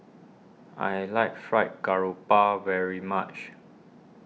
I like Fried Grouper very much